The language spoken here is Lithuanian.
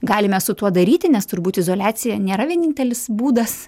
galime su tuo daryti nes turbūt izoliacija nėra vienintelis būdas